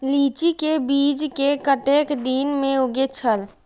लीची के बीज कै कतेक दिन में उगे छल?